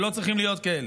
ולא צריכים להיות כאלה: